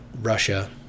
russia